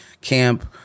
camp